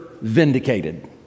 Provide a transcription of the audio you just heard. vindicated